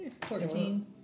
Fourteen